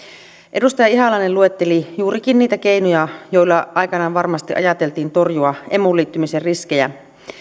edustaja ihalainen luetteli juurikin niitä keinoja joilla aikanaan varmasti ajateltiin torjua emuun liittymisen riskejä